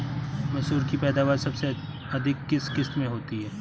मसूर की पैदावार सबसे अधिक किस किश्त में होती है?